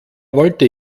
wollte